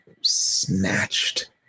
snatched